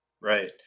Right